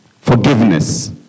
forgiveness